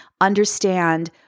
understand